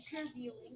interviewing